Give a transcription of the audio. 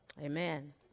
Amen